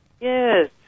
Yes